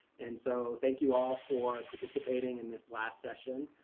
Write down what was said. and so thank you all for participating in this last session.